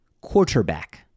Quarterback